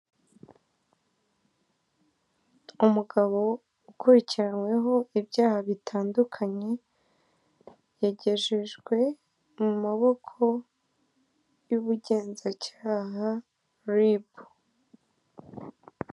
Umugabo ukurikiranyweho ibyaha bitandukanye yagejejwe mu maboko y'ubugenzacyaha Ribu.